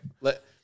let